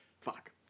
Fuck